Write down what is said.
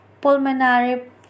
pulmonary